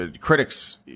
critics